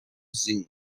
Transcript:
zoom